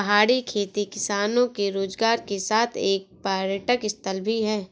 पहाड़ी खेती किसानों के रोजगार के साथ एक पर्यटक स्थल भी है